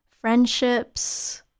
friendships